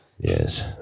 Yes